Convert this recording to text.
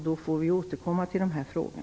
Då får vi återkomma till dessa frågor.